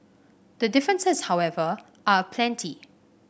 the differences however are aplenty